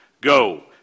Go